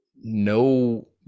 no